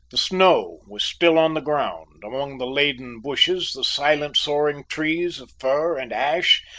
the snow was still on the ground among the laden bushes, the silent soaring trees of fir and ash,